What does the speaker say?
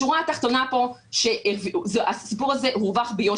השורה התחתונה פה שהסיפור הזה הורווח ביושר.